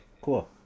cool